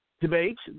debates